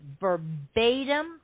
verbatim